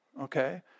okay